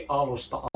alusta